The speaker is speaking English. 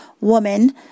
woman